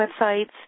websites